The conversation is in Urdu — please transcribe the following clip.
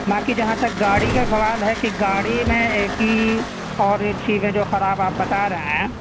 باقی جہاں تک گاڑی کا سوال ہے کہ گاڑی میں اے سی اور ایک چیز ہے جو خراب آپ بتا رہے ہیں